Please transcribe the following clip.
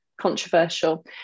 controversial